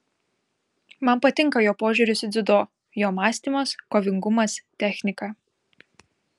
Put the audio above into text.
man patinka jo požiūris į dziudo jo mąstymas kovingumas technika